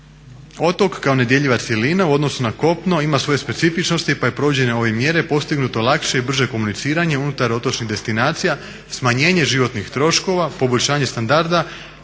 Otok kao nedjeljiva cjelina u odnosu na kopno ima svoje specifičnosti pa je provođenjem ove mjere postignuto lakše i brže komuniciranje unutar otočnih destinacija i smanjenje životnih troškova, poboljšanje standarda